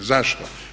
Zašto?